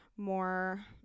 more